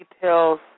details